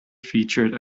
featured